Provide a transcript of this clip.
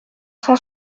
cent